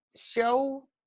show